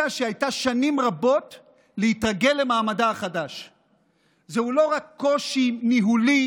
אבל הייתה ממשלה לפניה בראשות נתניהו,